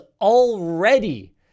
already